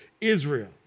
Israel